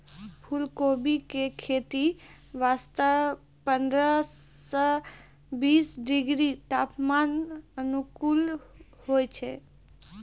फुलकोबी के खेती वास्तॅ पंद्रह सॅ बीस डिग्री तापमान अनुकूल होय छै